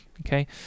Okay